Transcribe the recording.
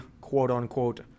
quote-unquote